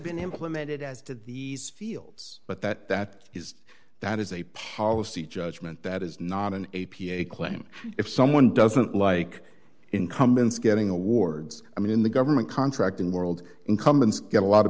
been implemented as to these fields but that that is that is a policy judgment that is not an a p a claim if someone doesn't like incumbents getting awards i mean in the government contracting world incumbents get a lot of